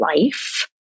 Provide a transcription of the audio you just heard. life